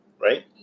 right